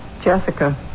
Jessica